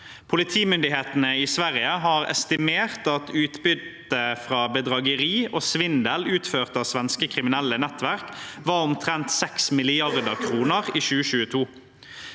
Politimyndighetene i Sverige har estimert at utbytte fra bedrageri og svindel utført av svenske kriminelle nettverk var omtrent 6 mrd. kr i 2022.